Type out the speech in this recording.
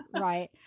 right